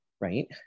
right